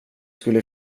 skulle